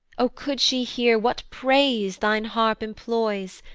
o could she hear what praise thine harp employs,